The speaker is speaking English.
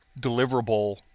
deliverable